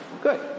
Good